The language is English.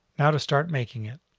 now to start making it.